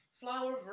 flower